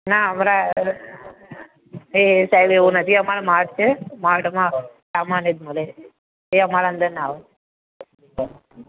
ના વરા એ સાહેબ એવું નથી અમારે માલ છે માલ તમારો સમાન જ મળે એટલે એ અમારા અંદર ના આવે